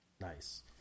Nice